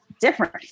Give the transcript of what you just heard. different